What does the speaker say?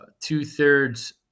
two-thirds